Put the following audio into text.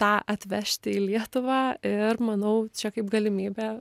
tą atvežti į lietuvą ir manau čia kaip galimybė